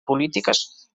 polítiques